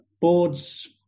boards